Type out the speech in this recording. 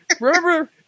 Remember